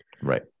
Right